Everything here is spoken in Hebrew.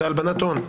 זה הלבנת הון.